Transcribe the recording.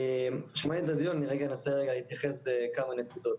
אני שומע את הדיון אני אנסה רגע להתייחס בכמה נקודות,